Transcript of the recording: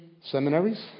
seminaries